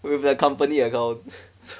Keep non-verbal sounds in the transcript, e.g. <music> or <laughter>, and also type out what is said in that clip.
with that company account <noise>